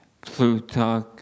Plutarch